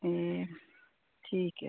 ठीक ऐ